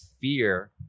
fear